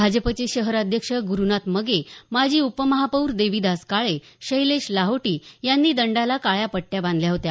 भाजपचे शहर अध्यक्ष ग्रुनाथ मगे माजी उपमहापौर देवीदास काळे शैलेश लाहोटी यांनी दंडाला काळ्या पट्या बांधल्या होत्या